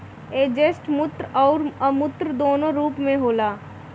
asset मूर्त अउरी अमूर्त दूनो रूप में होला